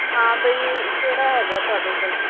ਹਾਂ ਵਈ ਕਿਹੜਾ ਹੈਗਾ ਤੁਹਾਡੇ ਕੋਲ